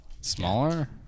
smaller